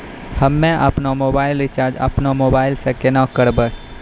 हम्मे आपनौ mobile recharge आपनौ मोबाइल से केना करवै?